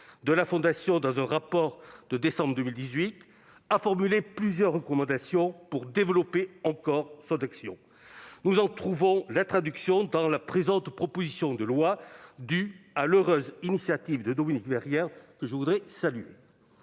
de la Fondation, a formulé plusieurs recommandations pour développer encore son action. Nous en trouvons la traduction dans la présente proposition de loi, due à l'heureuse initiative de Dominique Vérien, que je tiens à saluer.